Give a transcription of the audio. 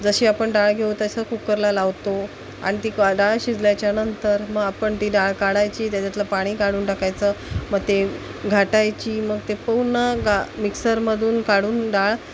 जशी आपण डाळ घेऊ तसं कुकरला लावतो आणि ती क डाळ शिजल्यानंतर मग आपण ती डाळ काढायची त्याच्यातलं पाणी काढून टाकायचं मग ते घाटायची मग ते पूर्ण गा मिक्सरमधून काढून डाळ